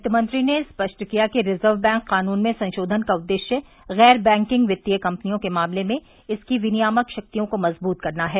वित्तमंत्री ने स्पष्ट किया कि रिजर्व बैंक कानून में संशोधन का उद्देश्य गैर बैंकिंग वित्तीय कम्पनियों के मामले में इसकी विनियामक शक्तियों को मजबूत करना है